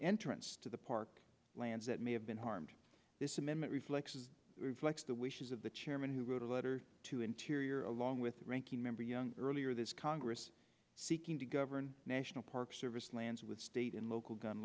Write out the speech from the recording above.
entrants to the park lands that may have been harmed this amendment reflects reflects the wishes of the chairman who wrote a letter to interior along with ranking member young earlier this congress seeking to govern national park service plans with state and local gun